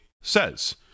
says